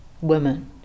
women